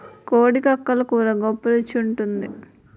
కోడి కక్కలు కూర గొప్ప రుచి గుంటాది